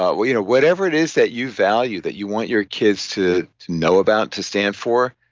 ah you know whatever it is that you value that you want your kids to to know about, to stand for,